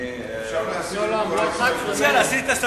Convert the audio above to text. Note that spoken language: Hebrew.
אני מסכים.